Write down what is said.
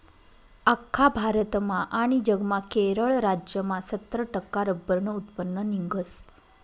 आख्खा भारतमा आनी जगमा केरळ राज्यमा सत्तर टक्का रब्बरनं उत्पन्न निंघस